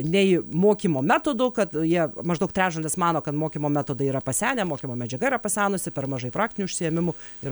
nei mokymo metodų kad jie maždaug trečdalis mano kad mokymo metodai yra pasenę mokymo medžiaga yra pasenusi per mažai praktinių užsiėmimų ir